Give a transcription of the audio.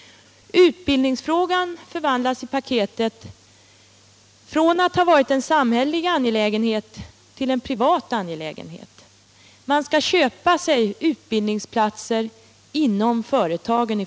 Utbildningsfrågan förvandlas i paketet från att ha varit en samhällelig angelägenhet till en privat angelägenhet — man skall i fortsättningen köpa sig utbildningsplatser inom företagen.